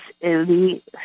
elite